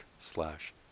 slash